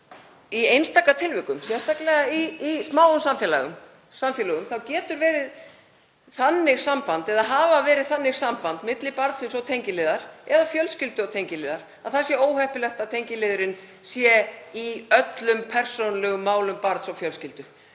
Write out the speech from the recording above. Í einstaka tilvikum, sérstaklega í smáum samfélögum, getur verið þannig samband eða hafa verið þannig samband milli barnsins og tengiliðar, eða fjölskyldu og tengiliðar, að það sé óheppilegt að tengiliðurinn sé í öllum persónulegum málum barns og fjölskyldu.